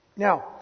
Now